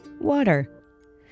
water